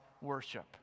worship